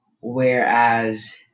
whereas